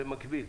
במקביל,